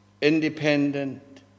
Independent